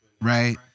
right